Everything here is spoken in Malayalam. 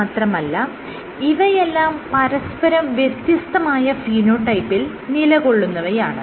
മാത്രമല്ല ഇവയെല്ലാം പരസ്പരം വ്യത്യസ്തമായ ഫീനോടൈപ്പിൽ നിലകൊള്ളുന്നവയാണ്